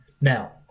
Now